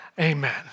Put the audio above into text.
Amen